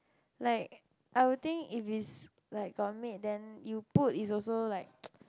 like I would think if it's like got maid then you put is also like